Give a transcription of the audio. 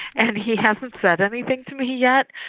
and he hasn't said anything to me yet,